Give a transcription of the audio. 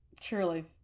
Truly